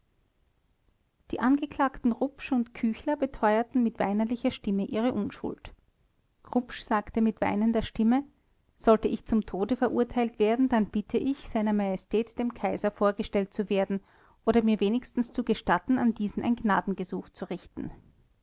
die angeklagten rupsch und küchler beteuerten mit weinerlicher stimme ihre unschuld rupsch sagte mit weinender stimme sollte ich zum tode verurteilt werden dann bitte ich sr majestät dem kaiser vorgestellt zu werden oder mir wenigstens zu gestatten an diesen ein gnadengesuch zu richten